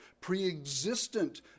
pre-existent